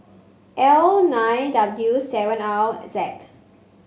L nine W seven R Z